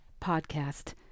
podcast